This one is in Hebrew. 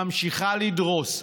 ממשיכה לדרוס.